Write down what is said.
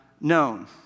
known